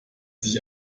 sich